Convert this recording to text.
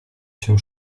się